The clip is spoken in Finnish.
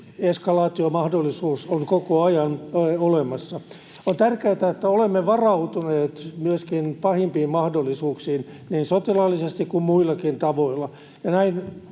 Eskalaation mahdollisuus on koko ajan olemassa. On tärkeätä, että olemme varautuneet myöskin pahimpiin mahdollisuuksiin niin sotilaallisesti kuin muillakin tavoilla,